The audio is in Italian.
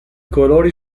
colori